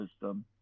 system